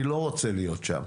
אני לא רוצה להיות שם.